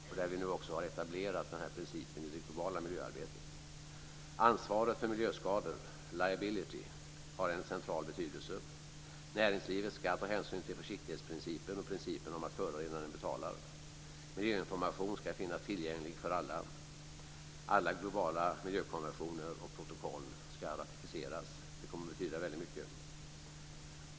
Vi har nu också etablerat den här principen i det globala miljöarbetet. Ansvaret för miljöskador, liability, har en central betydelse. Näringslivet ska ta hänsyn till försiktighetsprincipen och principen om att förorenaren betalar. Miljöinformation ska finnas tillgänglig för alla. Alla globala miljökonventioner och protokoll ska ratificeras. Det kommer att betyda väldigt mycket.